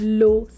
low